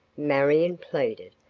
marion pleaded.